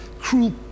cruel